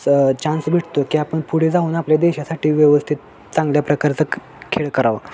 स चान्स भेटतो की आपण पुढे जाऊन आपल्या देशासाठी व्यवस्थित चांगल्या प्रकारचा खेळ करावा